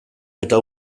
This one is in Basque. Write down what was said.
eta